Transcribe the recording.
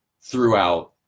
throughout